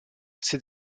ces